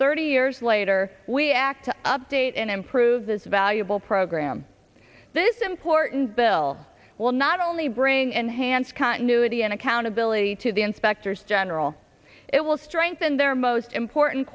thirty years later we act to update and improve this valuable program this important bill will not only bring enhanced continuity and accountability to the inspectors general it will strengthen their most important